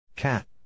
Cat